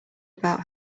about